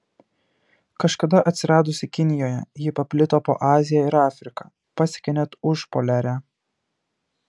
kažkada atsiradusi kinijoje ji paplito po aziją ir afriką pasiekė net užpoliarę